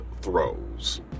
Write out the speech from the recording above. throws